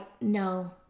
no